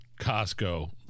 Costco